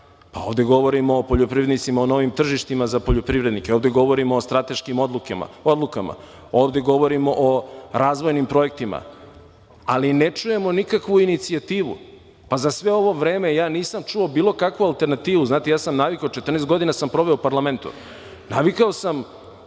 Ovde govorimo o poljoprivrednicima, o novim tržištima za poljoprivrednike, ovde govorimo o strateškim odlukama, ovde govorimo o razvojnim projektima. Ali, ne čujemo nikakvu inicijativu. Za sve ovo vreme ja nisam čuo bilo kakvu alternativu. Ja sam 14 godina proveo u parlamentu, navikao sam,